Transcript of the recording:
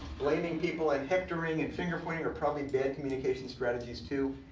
blaming people, and hectoring, and finger pointing are probably bad communication strategies too.